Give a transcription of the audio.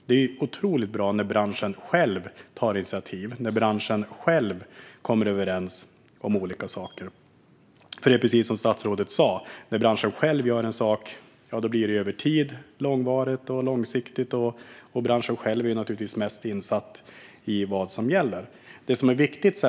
Det är otroligt bra när branschen själv tar initiativ och kommer överens om olika saker. Precis som statsrådet sa blir det långvarigt och långsiktigt när det är branschen som gör en sak, och branschen själv är naturligtvis mest insatt i vad som gäller.